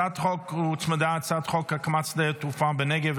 להצעת החוק הוצמדה הצעת חוק הקמת שדה תעופה בנגב,